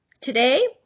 Today